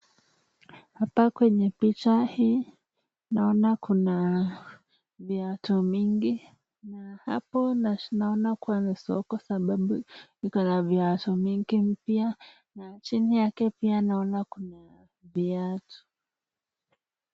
Hapa kwenye picha hii naona kuna viatu mingi na hapo naona kuwa ni soko kwa sababu ina viatu mingi mpya na chini yake pia naona kuna viatu.